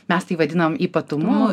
mes tai vadinam ypatumu